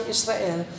Israel